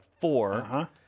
four